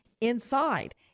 inside